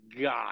God